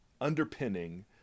underpinning